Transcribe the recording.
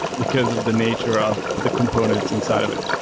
because of the nature of the components inside of it